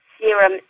serum